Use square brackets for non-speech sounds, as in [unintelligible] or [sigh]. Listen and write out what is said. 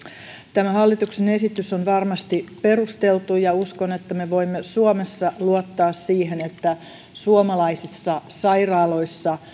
tämä hallituksen esitys on varmasti perusteltu ja uskon että me voimme suomessa luottaa siihen että suomalaisissa sairaaloissa [unintelligible]